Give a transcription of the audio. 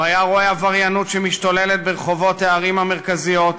הוא היה רואה עבריינות שמשתוללת ברחובות הערים המרכזיות,